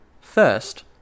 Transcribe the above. First